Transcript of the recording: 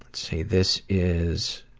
see. this is